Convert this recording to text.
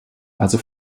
also